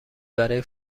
برای